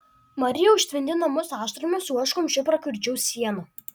marija užtvindė namus ašaromis o aš kumščiu prakiurdžiau sieną